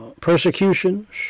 persecutions